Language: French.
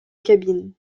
cabines